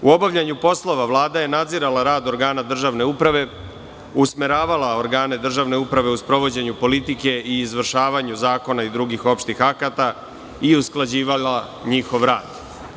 U obavljanju poslova Vlada je nadzirala rad organa državne uprave, usmeravala organe državne uprave u sprovođenju politike i izvršavanju zakona i drugih opštih akata i usklađivala njihov rad.